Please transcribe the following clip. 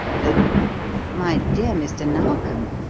then my dear mr. narkom,